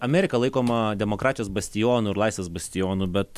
amerika laikoma demokratijos bastionu ir laisvės bastionu bet